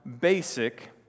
basic